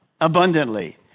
abundantly